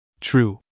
True